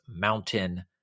mountain